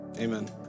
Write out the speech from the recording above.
Amen